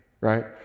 right